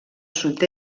sud